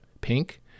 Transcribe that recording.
pink